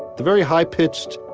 the very high-pitched,